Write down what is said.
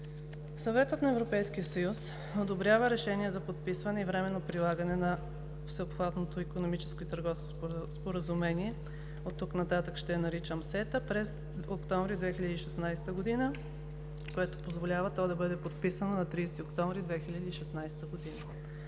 Съветът на Европейския съюз одобрява решения за подписване и временно прилагане на Всеобхватното икономическо и търговско споразумение, оттук нататък ще го наричам СЕТА, през месец октомври 2016 г., което позволява то да бъде подписано на 30 октомври 2016 г.